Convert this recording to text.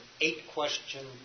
eight-question